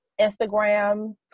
instagram